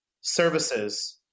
services